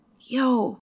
Yo